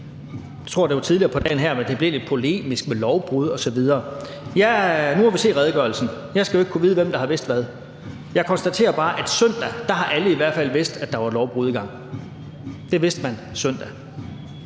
jeg tror, det var tidligere på dagen her – at det blev lidt polemisk med lovbrud osv. Ja, nu må vi se redegørelsen. Jeg skal jo ikke kunne vide, hvem der har vidst hvad. Jeg konstaterer bare, at søndag har alle i hvert fald vidst, at der var et lovbrud i gang. Det vidste man søndag,